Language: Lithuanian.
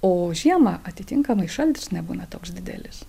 o žiemą atitinkamai šaltis nebūna toks didelis